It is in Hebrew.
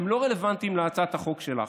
הם לא רלוונטיים להצעת החוק שלך.